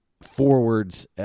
forwards